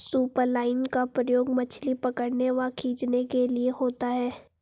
superline का प्रयोग मछली पकड़ने व खींचने के लिए होता है